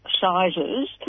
sizes